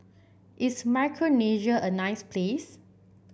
is Micronesia a nice place